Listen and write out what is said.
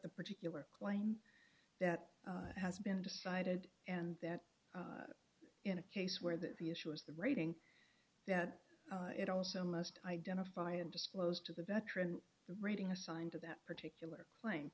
the particular claim that has been decided and that in a case where that the issue is the rating that it also must identify and disclose to the veteran reading assigned to that particular claim